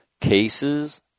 cases